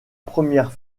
première